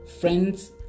friends